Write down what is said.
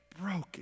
broken